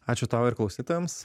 ačiū tau ir klausytojams